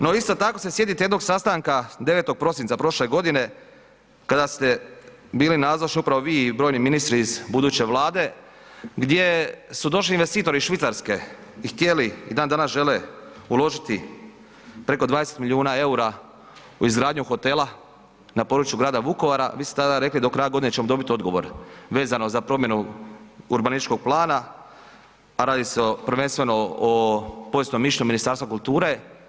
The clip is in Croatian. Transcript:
No isto tako se sjetite jednog sastanka 9. prosinca prošle godine kada ste bili nazočni upravo vi i brojni ministri iz buduće vlade, gdje su došli investitori iz Švicarske i htjeli i dan danas žele uložiti preko 20 milijuna eura u izgradnju hotela na području grada Vukovara, vi ste tada rekli do kraja godine ćemo dobiti odgovor vezano za promjenu urbanističkog plana, a radi se prvenstveno o povijesnom mišljenju Ministarstva kulture.